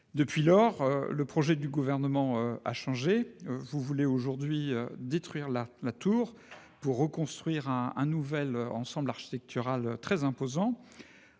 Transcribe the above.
Depuis lors, le projet du Gouvernement a changé. Ce dernier souhaite aujourd'hui détruire la tour et construire un nouvel ensemble architectural très imposant.